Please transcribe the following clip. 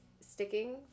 sticking